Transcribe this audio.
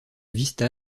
vista